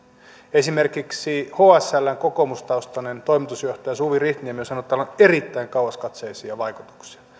esimerkiksi hsln kokoomustaustainen toimitusjohtaja suvi rihtniemi on sanonut että tällä on erittäin kauaskatseisia vaikutuksia